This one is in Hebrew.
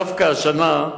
דווקא השנה,